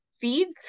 feeds